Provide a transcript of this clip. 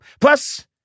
Plus